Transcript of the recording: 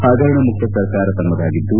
ಹಗರಣ ಮುಕ್ತ ಸರ್ಕಾರ ತಮ್ಮದ್ವಾಗಿದ್ದು